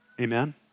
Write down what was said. amen